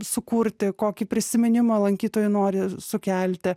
sukurti kokį prisiminimą lankytojui nori sukelti